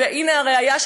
והנה הראיה,